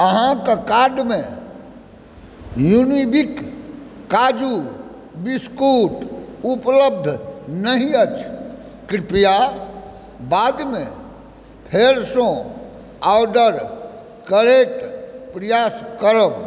अहाँक कार्ड मे युनिबिक काजू बिस्कुट उपलब्ध नहि अछि कृपया बादमे फेरसँ ऑर्डर करबाक प्रयास करब